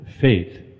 faith